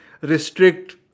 restrict